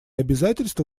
обязательства